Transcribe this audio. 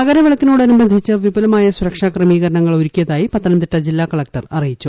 മകരവിളക്കിനോടനുബന്ധിച്ച് വിപുലമായ സുരക്ഷാ ക്രമീകരണങ്ങൾ ഒരുക്കിയതായി പത്തനംതിട്ട ജില്ലാ കളക്ടർ അറിയിച്ചു